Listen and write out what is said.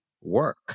work